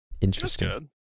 interesting